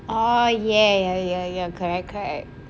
orh ya ya ya ya correct correct